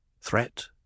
Threat